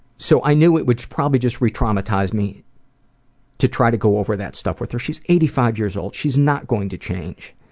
so i knew it would probably just re-traumatize me to try to go over that stuff with her. she's eighty five years old. she's not going to change.